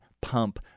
Pump